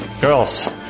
girls